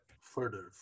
further